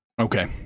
Okay